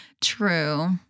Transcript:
True